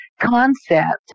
concept